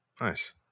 nice